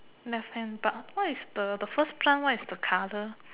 left hand but what is the the first plant what is the colour